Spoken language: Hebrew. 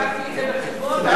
הבאתי את זה בחשבון.